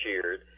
cheered